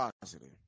positive